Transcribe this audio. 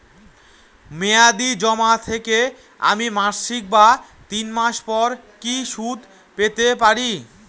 মেয়াদী জমা থেকে আমি মাসিক বা তিন মাস পর কি সুদ পেতে পারি?